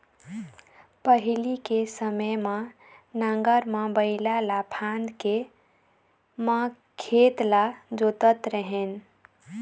पहिली के समे म नांगर म बइला ल फांद के म खेत ल जोतत रेहेन